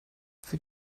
für